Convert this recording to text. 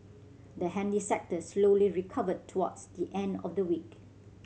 the handy sector slowly recovered towards the end of the week